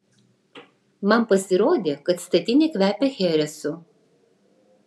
man pasirodė kad statinė kvepia cheresu